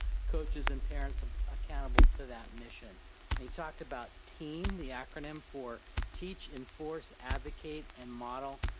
coaches, and parents accountable to that mission and he talked about team, the acronym for teach, enforce, advocate, and model,